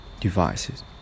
devices